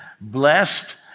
blessed